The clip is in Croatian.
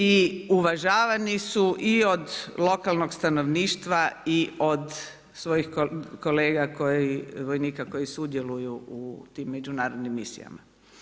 I uvažavani su i od lokalnog stanovništva i od svojih kolega, vojnika koji sudjeluju u tim međunarodnim misijama.